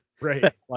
Right